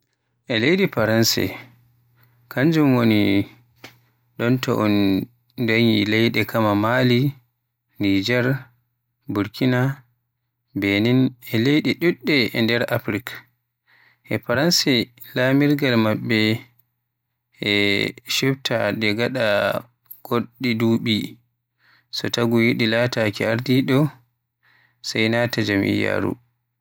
Leydi Faranse kanjum woni ɗon to un deeni leyɗe kamaa ba Mali, Nijer, Burkina, Benin e leyɗe ɗuɗɗe e nder Afrik. E Faranse lamirgal maɓɓe e ɓe chubtata de gada goɗɗi duɓi. So taagu e yiɗi laataki Ardiɗo leydi sai nata jam'iyyaru.